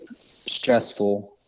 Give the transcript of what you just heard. stressful